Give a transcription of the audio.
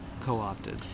co-opted